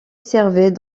servait